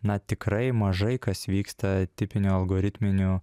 na tikrai mažai kas vyksta tipinių algoritminių